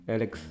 Alex